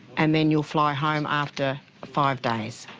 and then you'll fly home after five days.